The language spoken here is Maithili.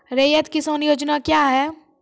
रैयत किसान योजना क्या हैं?